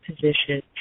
position